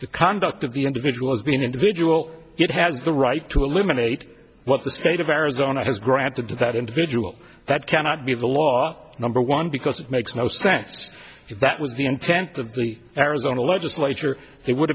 the conduct of the individual as being individual it has the right to eliminate what the state of arizona has granted to that individual that cannot be the law number one because it makes no sense if that was the intent of the arizona legislature it would